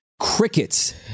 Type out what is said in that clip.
crickets